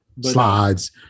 slides